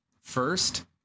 first